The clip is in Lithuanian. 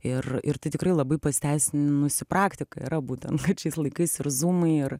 ir ir tai tikrai labai pasiteisinusi praktika yra būtent kad šiais laikais ir zūmai ir